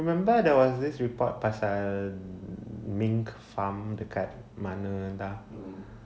remember there was this report pasal mink farm dekat mana entah